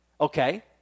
Okay